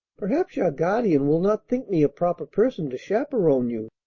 perhaps your guardian will not think me a proper person to chaperon you,